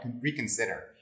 reconsider